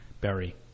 berry